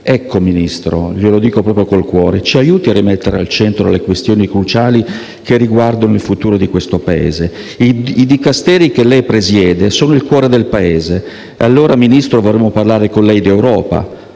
signor Ministro, glielo dico proprio con il cuore: ci aiuti a rimettere al centro le questioni cruciali che riguardano il futuro di questo Paese. Il Dicastero che lei presiede è il cuore del Paese. E allora, signor Ministro, vorremmo parlare con lei di Europa,